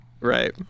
Right